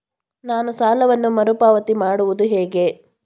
ನಾನು ಸಾಲವನ್ನು ಮರುಪಾವತಿ ಮಾಡುವುದು ಹೇಗೆ?